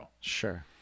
Sure